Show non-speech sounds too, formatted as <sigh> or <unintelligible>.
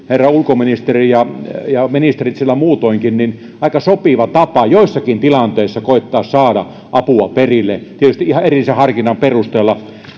<unintelligible> herra ulkoministeri ja ja ministerit siellä muutoinkin aika sopiva tapa joissakin tilanteissa koettaa saada apua perille tietysti ihan erillisen harkinnan perusteella